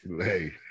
hey